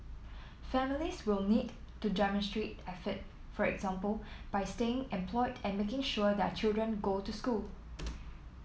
families will need to demonstrate effort for example by staying employed and making sure their children go to school